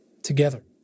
together